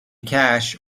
cash